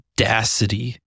audacity